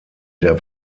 der